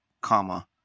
comma